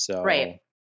Right